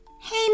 Hey